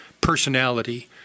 personality